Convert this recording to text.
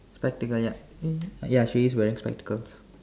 spectacle ya ya she is wearing spectacles